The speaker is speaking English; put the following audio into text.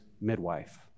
midwife